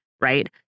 right